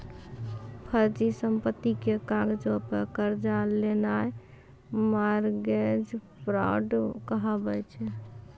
फर्जी संपत्ति के कागजो पे कर्जा लेनाय मार्गेज फ्राड कहाबै छै